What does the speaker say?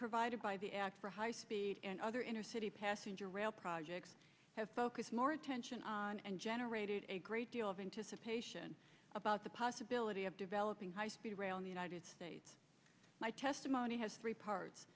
provided by the act for high speed other inner city passenger rail projects have focus more attention on and generated a great deal of anticipation about the possibility of developing high speed rail in the united states my testimony has three parts